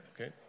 Okay